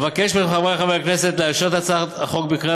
אבקש מחברי חברי הכנסת לאשר את הצעת החוק בקריאה